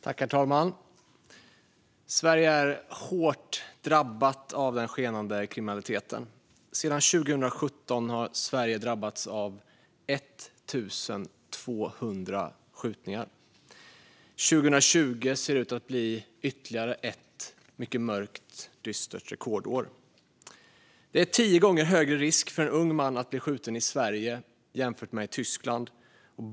Herr talman! Sverige är hårt drabbat av den skenande kriminaliteten. Sedan 2017 har Sverige drabbats av 1 200 skjutningar. 2020 ser ut att bli ännu ett mörkt och dystert rekordår. Det är tio gånger högre risk för en ung man att bli skjuten i Sverige än i Tyskland.